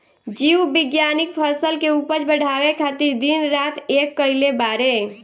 जीव विज्ञानिक फसल के उपज बढ़ावे खातिर दिन रात एक कईले बाड़े